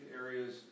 areas